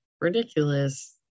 ridiculous